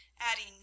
adding